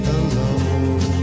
alone